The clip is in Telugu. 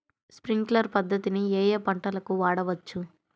స్ప్రింక్లర్ పద్ధతిని ఏ ఏ పంటలకు వాడవచ్చు?